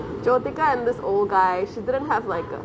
jyothika and this old guy she didn't have like a